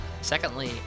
Secondly